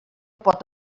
pot